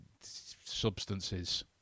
substances